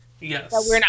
Yes